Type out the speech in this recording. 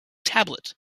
tablet